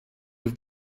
have